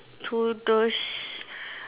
to those